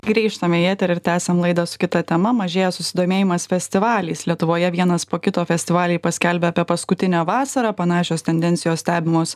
grįžtame į eterį ir tęsiam laidą su kita tema mažėja susidomėjimas festivaliais lietuvoje vienas po kito festivaliai paskelbia apie paskutinę vasarą panašios tendencijos stebimos